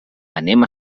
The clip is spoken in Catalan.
anem